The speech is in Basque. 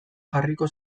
jarriko